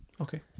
Okay